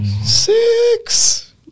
six